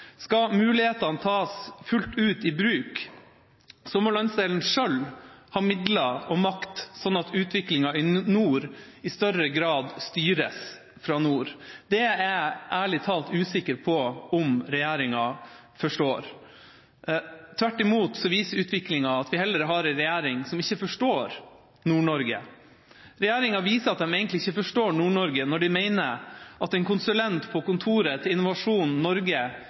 Skal mulighetene tas fullt ut i bruk, må landsdelen selv ha midler og makt, slik at utviklingen i nord i større grad styres fra nord. Det er jeg ærlig talt usikker på om regjeringa forstår. Tvert imot, utviklingen viser at vi har en regjering som ikke forstår Nord-Norge. Regjeringa viser at de egentlig ikke forstår Nord-Norge når de mener at en konsulent på kontoret til Innovasjon Norge